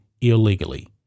illegally